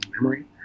memory